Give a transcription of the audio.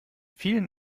vielen